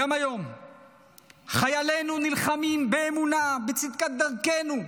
גם היום חיילינו נלחמים באמונה בצדקת דרכנו,